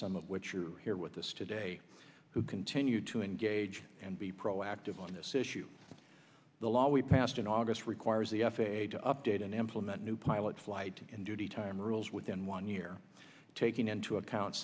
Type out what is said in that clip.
some of which are here with us today who continue to engage and be proactive on this issue the law we passed in august requires the f a a to update and implement new pilot flight and duty time rules within one year taking into account